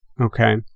okay